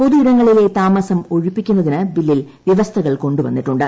പൊതു ഇടങ്ങളിലെ താമസം ഒഴിപ്പിക്കുന്നതിന് ബില്ലിൽ വൃവസ്ഥകൾ കൊണ്ടുവന്നിട്ടുണ്ട്